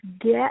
get